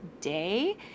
day